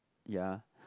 ya